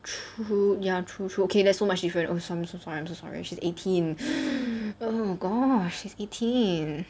true ya true true okay there's so much different oh I'm so sorry I'm so sorry she's eighteen oh gosh she's eighteen